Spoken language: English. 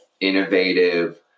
innovative